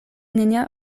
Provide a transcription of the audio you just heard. nenia